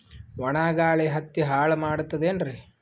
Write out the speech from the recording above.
ಒಣಾ ಗಾಳಿ ಹತ್ತಿ ಹಾಳ ಮಾಡತದೇನ್ರಿ?